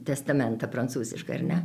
testamentą prancūziškai ar ne